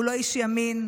הוא לא איש ימין,